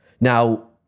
Now